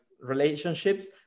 relationships